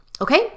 Okay